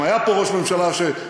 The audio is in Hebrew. אם היה פה ראש ממשלה שמאמין,